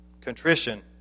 contrition